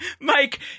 Mike